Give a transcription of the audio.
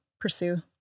pursue